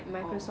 oh